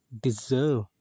deserve